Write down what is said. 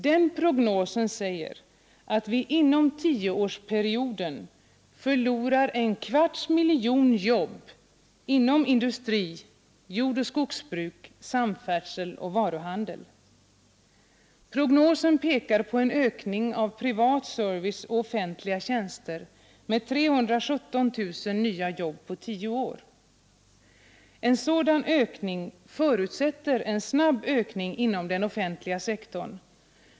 Den prognosen säger att vi inom tioårsperioden förlorar en kvarts miljon jobb inom industri, jordoch skogsbruk, samfärdsel och varuhandel. Prognosen pekar på en ökning inom privat service och offentliga tjänster med 317 000 nya jobb på tio år. En sådan ökning förutsätter en snabb ökning inom den offentliga sektorn.